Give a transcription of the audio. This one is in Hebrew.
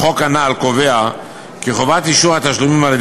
לחוק הנ"ל קובע כי חובת אישור התשלומים על-ידי